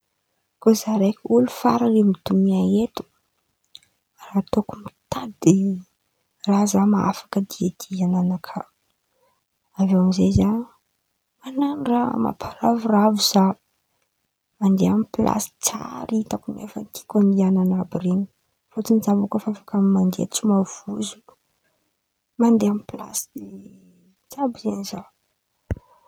Kô za raiky olo faran̈y amy donia eto raha tokony itady raha zaho mahafaka diadian̈a anakà avy eo amizay za man̈ano raha mamparavoravo za, mandeha amy plasy tsara in̈y itako fa tiako andehan̈ana àby ren̈y fôtiny za bôka efa afaka mandeha tsy mavozo, mandeha amy plasy jiàby zen̈y za.